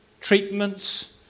treatments